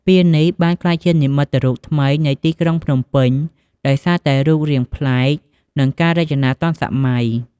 ស្ពាននេះបានក្លាយជា និមិត្តរូបថ្មីនៃទីក្រុងភ្នំពេញ ដោយសារតែរូបរាងប្លែក និងការរចនាទាន់សម័យ។